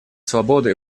свободу